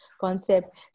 concept